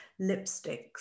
lipsticks